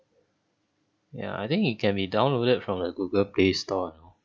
ya I think it can be downloaded from the google play store you know